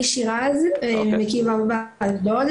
אני שירז ממקיף ו' באשדוד,